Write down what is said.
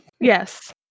Yes